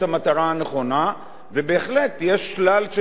ובהחלט יש שלל של דברים שצריך לעשות אותם,